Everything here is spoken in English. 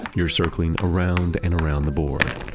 you're circling around and around the board.